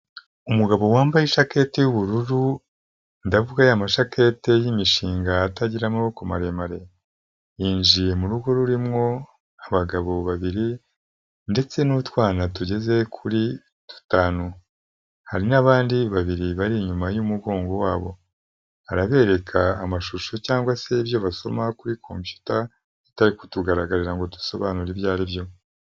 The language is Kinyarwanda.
Umugabo wambaye ijakete y'ubururu, ndavuga ya majaketi y'imishinga atagira amaboko maremare. Yinjiye mu rugo rurimwo abagabo babiri ndetse n'utwana tugeze kuri dutanu. Hari n'abandi babiri bari inyuma y'umugongo wabo. Arabereka amashusho cyangwa se ibyo basoma kuri kompiyuta, bitari kutugaragarira ngo dusobanure ibyo ari byo.